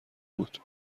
بود